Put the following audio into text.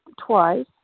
twice